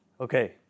Okay